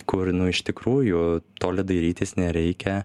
kur nu iš tikrųjų toli dairytis nereikia